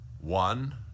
One